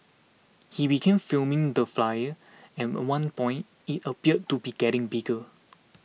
he began filming the fire and at one point it appeared to be getting bigger